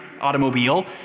automobile